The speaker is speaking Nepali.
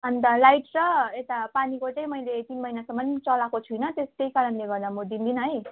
अन्त लाइट र यता पानीको चाहिँ मैले तिन मैनासम्म चलाएको छुइनँ त्यही कारणले गर्दा म दिँदिनँ है